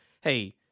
hey